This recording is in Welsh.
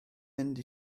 mynd